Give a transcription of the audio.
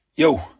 Yo